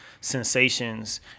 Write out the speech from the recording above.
sensations